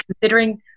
considering